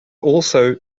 also